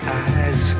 eyes